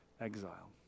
exile